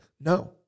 No